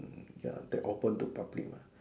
mm ya that open to public what